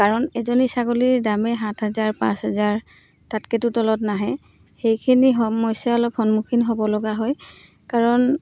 কাৰণ এজনী ছাগলীৰ দামেই সাত হাজাৰ পাঁচ হাজাৰ তাতকেতো তলত নাহে সেইখিনি সমস্যা অলপ সন্মুখীন হ'ব লগা হয় কাৰণ